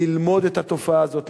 ללמוד את התופעה הזאת,